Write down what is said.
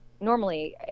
normally